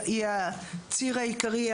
היא הציר העיקרי,